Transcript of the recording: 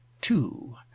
two